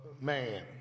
man